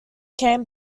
can